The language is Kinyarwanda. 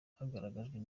hagaragajwe